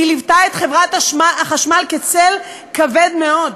והיא ליוותה את חברת החשמל כצל כבד מאוד.